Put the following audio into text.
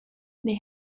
they